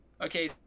Okay